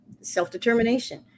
self-determination